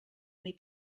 many